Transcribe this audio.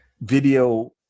video